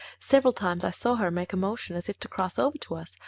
several times i saw her make a motion as if to cross over to us,